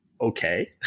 okay